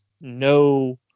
no